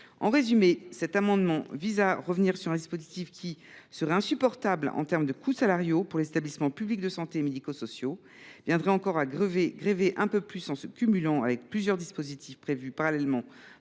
En résumé, cet amendement vise à revenir sur un dispositif qui serait insupportable en termes de coûts salariaux pour les établissements publics de santé et médico sociaux et qui viendrait grever encore un peu plus, en se cumulant avec plusieurs dispositifs prévus parallèlement